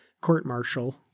court-martial